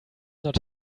not